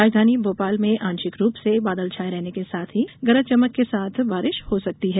राजधानी भोपाल में आंशिक रूप से बादल छाये रहने के साथ ही गरज चमक के साथ बारिश हो सकती है